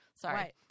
Sorry